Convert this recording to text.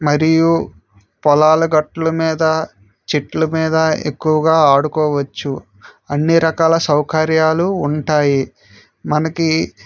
మరియు పొలాల గట్ల మీద చెట్లు మీద ఎక్కువగా ఆడుకోవచ్చు అన్నీ రకాల సౌకర్యాలు ఉంటాయి మనకి